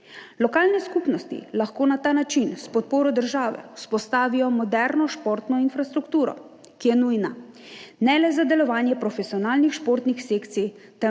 Lokalne skupnosti lahko na ta način s podporo države vzpostavijo moderno športno infrastrukturo, ki je nujna, ne le za delovanje profesionalnih športnih sekcij,